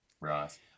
Right